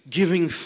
giving